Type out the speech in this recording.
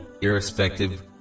irrespective